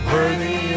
Worthy